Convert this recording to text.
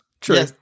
True